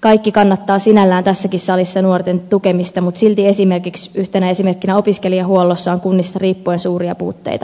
kaikki kannattavat sinällään tässäkin salissa nuorten tukemista mutta silti esimerkiksi yhtenä esimerkkinä opiskelijahuollossa on kunnista riippuen suuria puutteita